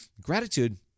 Gratitude